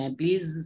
please